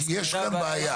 כי יש כאן בעיה.